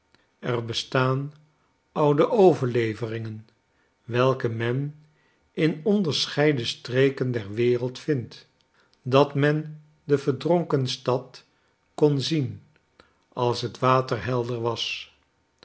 er bestaan oude overleveringen welke men in onderscheiden streken der wereld vindt dat men de verdronken stad kon zien als het water helder was